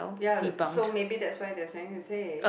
ya so maybe that's why they're trying to say